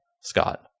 Scott